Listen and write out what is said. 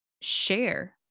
share